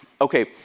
okay